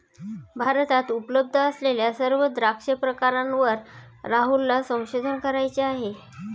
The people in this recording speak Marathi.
भारतात उपलब्ध असलेल्या सर्व द्राक्ष प्रकारांवर राहुलला संशोधन करायचे आहे